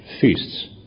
feasts